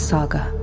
Saga